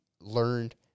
learned